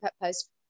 post